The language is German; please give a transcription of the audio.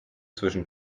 zwischen